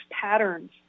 patterns